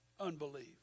unbelief